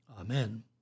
Amen